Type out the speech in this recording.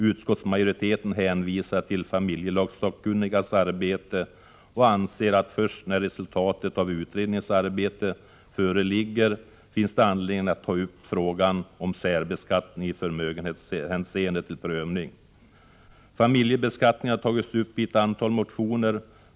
Utskottsmajoriteten hänvisar till familjelagsakkunnigas arbete och anser att det först när resultatet av den utredningens arbete föreligger finns anledning att ta upp frågan om särbeskattning i förmögenhetshänseende till prövning. Familjebeskattningen har tagits upp i ett antal motioner.